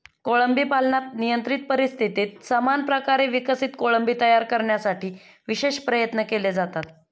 कोळंबी पालनात नियंत्रित परिस्थितीत समान प्रकारे विकसित कोळंबी तयार करण्यासाठी विशेष प्रयत्न केले जातात